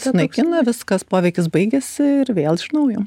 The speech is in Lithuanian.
sunaikina viskas poveikis baigiasi ir vėl iš naujo